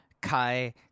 Kai